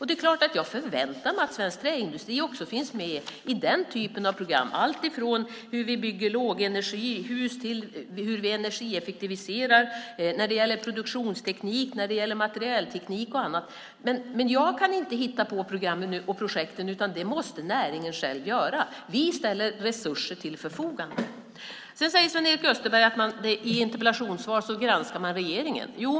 Det är klart att jag förväntar mig att svensk träindustri också finns med i den typen av program, alltifrån hur vi bygger lågenergihus till hur vi energieffektiviserar när det gäller produktionsteknik, materialteknik och annat. Men jag kan inte hitta på programmen och projekten. Det måste näringen själv göra. Vi ställer resurser till förfogande. Sedan säger Sven-Erik Österberg att man genom en interpellation granskar regeringen.